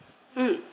mm